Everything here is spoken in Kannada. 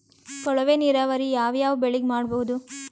ಕೊಳವೆ ನೀರಾವರಿ ಯಾವ್ ಯಾವ್ ಬೆಳಿಗ ಮಾಡಬಹುದು?